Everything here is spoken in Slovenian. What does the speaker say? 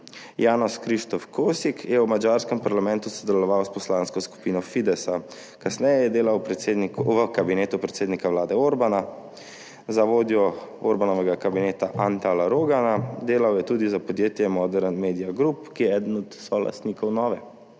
Janos Kristof Kosik je v madžarskem parlamentu sodeloval s poslansko skupino Fidesza, kasneje je delal v kabinetu predsednika vlade Orbana, za vodjo Orbanovega kabineta Antala Rogana. Delal je tudi za podjetje Modern Media Group, ki je eden od solastnikov Nove24TV.